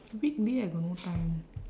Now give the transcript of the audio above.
weekday I got no time